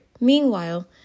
Meanwhile